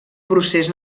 procés